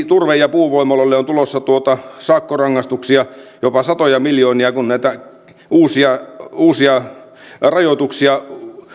turve ja puuvoimaloille on tulossa sakkorangaistuksia jopa satoja miljoonia kun näitä uusia uusia rajoituksia